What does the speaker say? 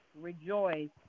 rejoice